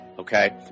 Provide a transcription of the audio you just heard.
Okay